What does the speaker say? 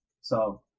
so-